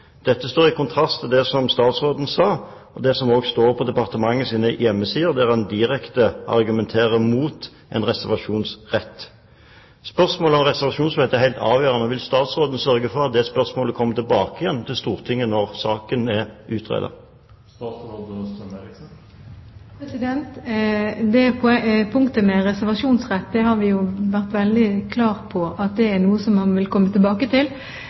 Dette står i kontrast til det som statsråden sa, og det som også står på departementets hjemmesider, der hun direkte argumenterer mot en reservasjonsrett. Spørsmålet om reservasjonsrett er helt avgjørende. Vil statsråden sørge for at det spørsmålet kommer tilbake til Stortinget når saken er utredet? Det punktet med reservasjonsrett har vi jo vært veldig klare på; det er noe som man vil komme tilbake til.